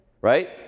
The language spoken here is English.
Right